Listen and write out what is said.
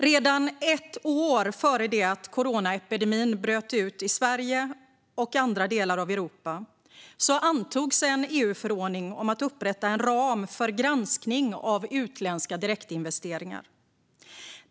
Redan ett år före det att coronaepidemin bröt ut i Sverige och andra delar av Europa antogs en EU-förordning om att upprätta en ram för granskning av utländska direktinvesteringar.